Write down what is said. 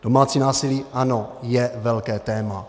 Domácí násilí, ano, je velké téma.